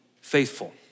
faithful